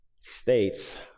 States